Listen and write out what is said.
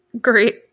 Great